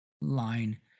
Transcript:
line